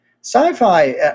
sci-fi